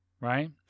right